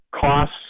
costs